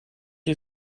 you